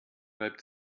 reibt